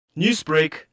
Newsbreak